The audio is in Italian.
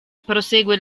prosegue